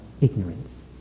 ignorance